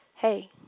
Hey